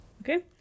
okay